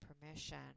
permission